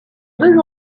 deux